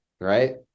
right